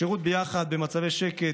השירות ביחד במצבי שקט,